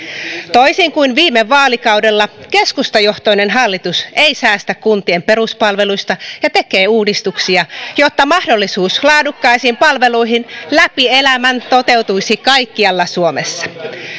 toisin kuin viime vaalikaudella keskustajohtoinen hallitus ei säästä kuntien peruspalveluista ja tekee uudistuksia jotta mahdollisuus laadukkaisiin palveluihin läpi elämän toteutuisi kaikkialla suomessa